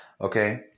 Okay